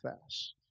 fast